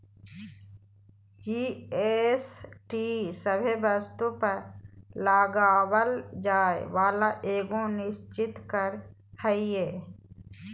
GST सभे वस्तु पर लगावल जाय वाला एगो निश्चित कर हय